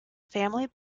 family